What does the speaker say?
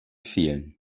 fehlen